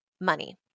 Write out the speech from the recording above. money